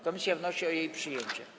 Komisja wnosi o jej przyjęcie.